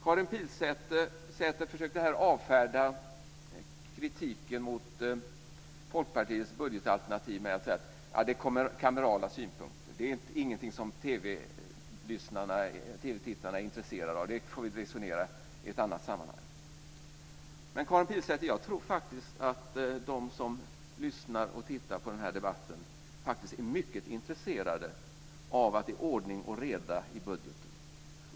Karin Pilsäter försökte här avfärda kritiken mot Folkpartiets budgetalternativ genom att säga: Det kommer kamerala synpunkter. Det är ingenting som TV-tittarna är intresserade av. Det får vi resonera om i ett annat sammanhang. Men, Karin Pilsäter, jag tror faktiskt att de som lyssnar och som tittar på den här debatten är mycket intresserade av att det är ordning och reda i budgeten.